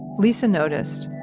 lisa noticed.